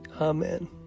Amen